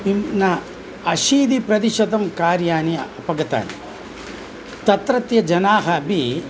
इं न अशीति प्रतिशतं कार्याणि अपगतानि तत्रत्य जनाः अपि